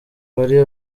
wari